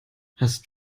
hast